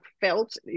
felt